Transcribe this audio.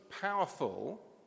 powerful